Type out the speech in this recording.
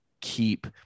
keep